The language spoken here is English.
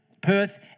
Perth